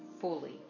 fully